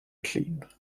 clean